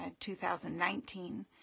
2019